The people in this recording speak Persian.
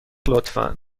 لطفا